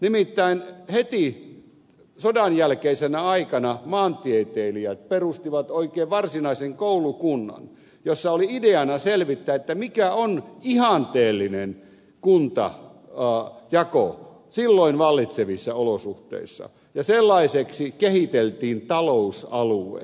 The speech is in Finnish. nimittäin heti sodanjälkeisenä aikana maantieteilijät perustivat oikein varsinaisen koulukunnan jossa oli ideana selvittää mikä on ihanteellinen kuntajako silloin vallitsevissa olosuhteissa ja sellaiseksi kehiteltiin talousaluejako